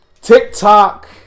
TikTok